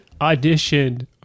auditioned